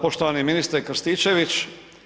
Poštovani ministre Krstičević.